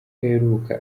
aheruka